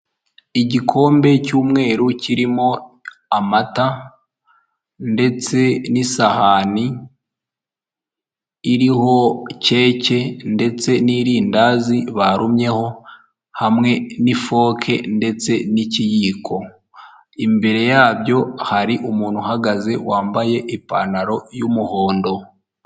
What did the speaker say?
Igikombe cy'umweru kirimo amata ndetse n'isahani iriho keke ndetse n'irindazi barumyeho hamwe n'ifoke ndetse n'ikiyiko, imbere yabyo hari umuntu uhagaze wambaye ipantaro y'umuhondo.